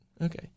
okay